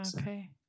Okay